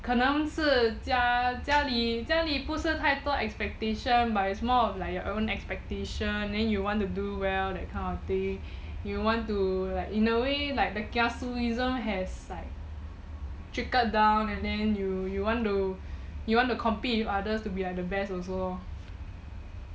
可能是家家里家里不是太多 expectation but it's more of like your own expectation then you want to do well that kind of thing you want to like in a way like the kiasuism has like trickled down and then you you you want to you want to compete with others to be like the best also lor